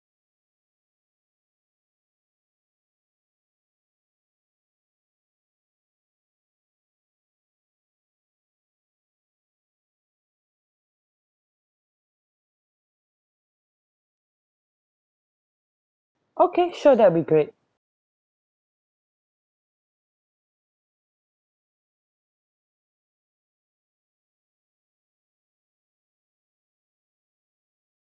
okay sure that will be great